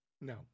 No